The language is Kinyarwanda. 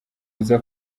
uza